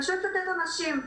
פשוט החליטו לתת עונשים.